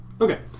Okay